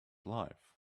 life